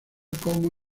como